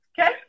okay